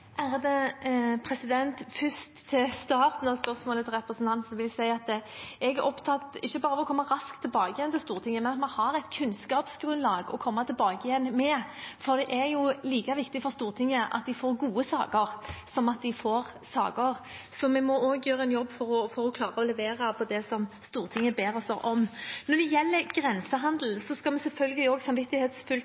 Til starten av spørsmålet til representanten vil jeg si at jeg ikke er opptatt bare av å komme raskt tilbake til Stortinget, men av at vi har et kunnskapsgrunnlag å komme tilbake med, for det er jo like viktig for Stortinget at de får gode saker, som at de får saker. Vi må også gjøre en jobb for å klare å levere på det Stortinget ber oss om. Når det gjelder grensehandel, skal vi selvfølgelig også samvittighetsfullt